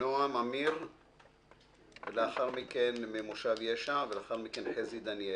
נועם עמיר ממושב ישע, ולאחר מכן חזי דניאל.